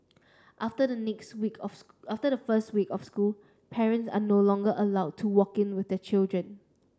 after the next week of school after the first week of school parents are no longer allowed to walk in with their children